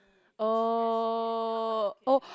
oh oh